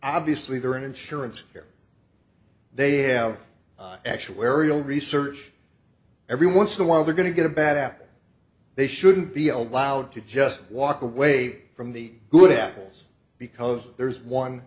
obviously their insurance where they have actual aerial research every once in a while they're going to get a bad apple they shouldn't be allowed to just walk away from the good apples because there's one